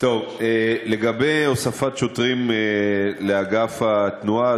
לגבי הוספת שוטרים לאגף התנועה,